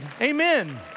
amen